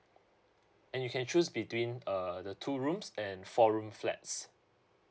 and you can choose between uh the two rooms and four room flats